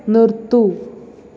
നിർത്തൂ